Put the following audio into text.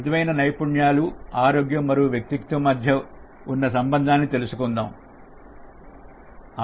మృదువైన నైపుణ్యాలు ఆరోగ్యం మరియు వ్యక్తిత్వం మధ్య ఉన్న సంబంధాన్ని తెలుసుకుందాం